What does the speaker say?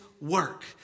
work